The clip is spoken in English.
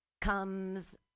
Comes